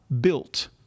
built